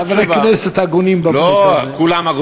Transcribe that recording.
יש עדיין חברי כנסת הגונים בקטע הזה.